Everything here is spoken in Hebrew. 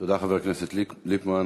תודה, חבר הכנסת ליפמן.